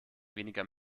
weniger